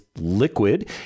liquid